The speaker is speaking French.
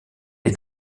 est